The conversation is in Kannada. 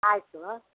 ಆಯಿತು